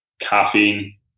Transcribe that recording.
caffeine